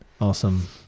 Awesome